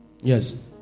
Yes